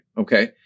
okay